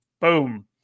Boom